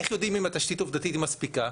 איך יודעים אם התשתית העובדתית היא מספיקה?